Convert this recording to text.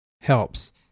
helps